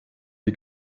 die